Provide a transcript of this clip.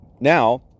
Now